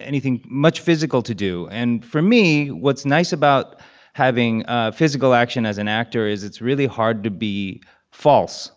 anything much physical to do. and for me, what's nice about having ah physical action as an actor is it's really hard to be false